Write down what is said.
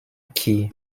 key